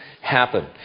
happen